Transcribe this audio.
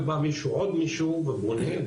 ובא עוד מישהו ובונה,